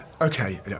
Okay